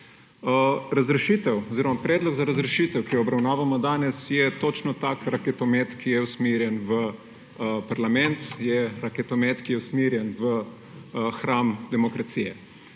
Razrešitev oziroma predlog za razrešitev, ki jo obravnavamo danes, je točno tak raketomet, ki je usmerjen v parlament. Je raketomet, ki je usmerjen v hram demokracije.